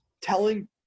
Telling